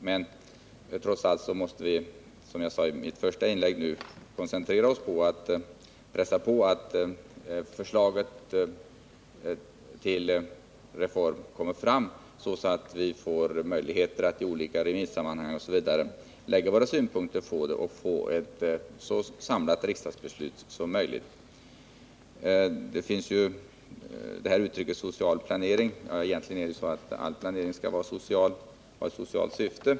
Men trots allt måste vi, som jag sade i mitt första inlägg, nu koncentrera oss på att förslaget till reform kommer fram så att vi får möjlighet att i olika remissammanhang osv. lägga våra synpunkter på det och få ett så samlat riksdagsbeslut som möjligt. Man använder uttrycket social planering, men egentligen skall ju all planering ha ett socialt syfte.